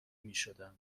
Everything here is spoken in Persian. میشدم